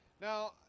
Now